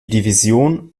division